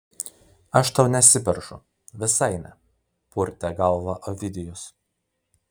aš tau nesiperšu visai ne purtė galvą ovidijus